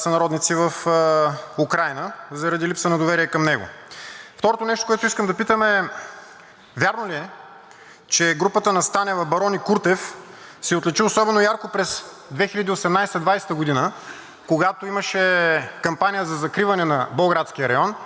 че групата на Станева, Барон и Куртев се отличи особено ярко през 2018 – 2020 г., когато имаше кампания за закриване на Болградския район, и тази група тогава защитаваше украинската теза, че Болградският район не трябва да съществува?